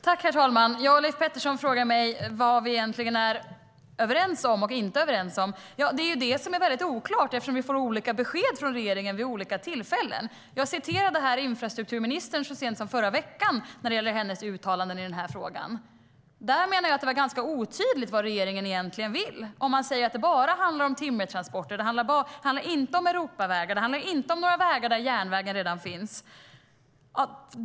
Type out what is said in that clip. Herr talman! Leif Pettersson frågar mig vad vi egentligen är överens och inte överens om. Det är ju det som är oklart eftersom vi får olika besked från regeringen vid olika tillfällen. Jag återgav här vad infrastrukturministern sa så sent som i förra veckan när det gäller hennes uttalanden i frågan. Jag menar att det är ganska otydligt vad regeringen egentligen vill. Man säger att det bara handlar om timmertransporter. Det handlar inte om Europavägar. Det handlar inte om några vägar där järnvägen redan finns.